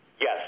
Yes